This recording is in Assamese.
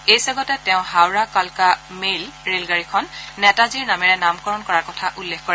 এই চেগতে তেওঁ হওৰা কালকা মেইল ৰেলগাডীখন নেতাজীৰ নামেৰে নামকৰণ কৰাৰ কথা উল্লেখ কৰে